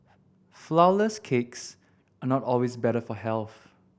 flourless cakes are not always better for health